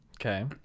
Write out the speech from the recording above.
okay